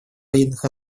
военных